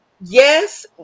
yes